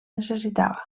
necessitava